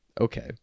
okay